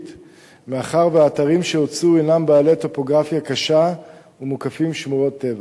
מאחר שהאתרים שהוצעו הם בעלי טופוגרפיה קשה ומוקפים שמורות טבע,